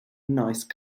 nice